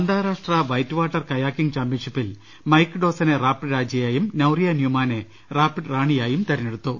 അന്താരാഷ്ട്ര white water kayaking ചാമ്പ്യൻഷിപ്പിൽ Mike ഡോസനെ റാപ്പിഡ് രാജയായും നൌറിയ ന്യൂമാനെ റാപ്പിഡ് റാണിയായും തെരഞ്ഞെടുത്തു